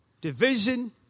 division